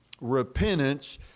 repentance